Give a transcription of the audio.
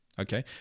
okay